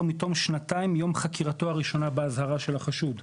מתום שנתיים מיום חקירתו הראשונה באזהרה של החשוד.